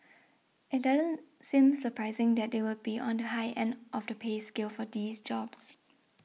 it doesn't seem surprising that they would be on the high end of the pay scale for these jobs